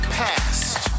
past